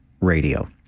radio